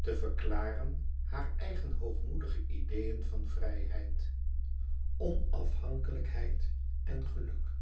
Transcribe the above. te verklaren haar eigen hoogmoedige ideeën van vrijheid onafhankelijkheid en geluk